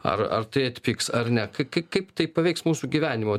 ar ar tai atpigs ar ne kai kai kaip taip paveiks mūsų gyvenimą